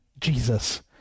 Jesus